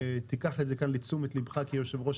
תיקח את זה כאן לתשומת ליבך כיושב ראש